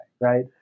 right